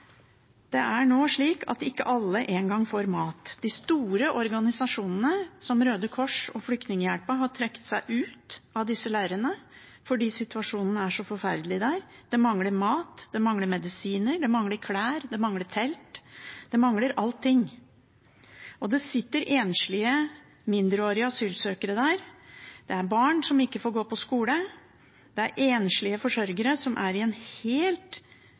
Det er nå slik at ikke alle engang får mat. De store organisasjonene, som Røde Kors og Flyktninghjelpen, har trukket seg ut av disse leirene fordi situasjonen er så forferdelig der. Det mangler mat, det mangler medisiner, det mangler klær, det mangler telt – det mangler allting. Det sitter enslige mindreårige asylsøkere der, det er barn som ikke får gå på skole, det er enslige forsørgere som er i en helt